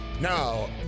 Now